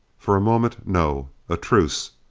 for a moment, no. a truce.